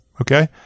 Okay